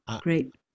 Great